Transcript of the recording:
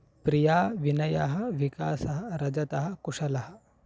प्रिया विनयः विकासः रजतः कुशलः